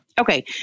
Okay